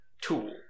tool